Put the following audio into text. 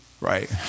Right